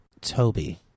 Toby